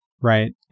right